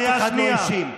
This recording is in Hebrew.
והגיע הזמן שתרגיעו.